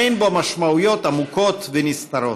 אין בו משמעויות עמוקות ונסתרות.